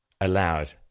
allowed